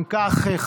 אם כך,